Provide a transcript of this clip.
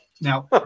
Now